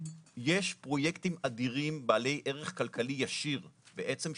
יש פרויקטים אדירים בעלי ערך כלכלי ישיר בעצם,